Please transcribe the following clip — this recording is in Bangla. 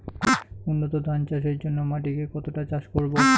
উন্নত ধান চাষের জন্য মাটিকে কতটা চাষ করব?